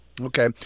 Okay